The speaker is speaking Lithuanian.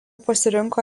pasirinko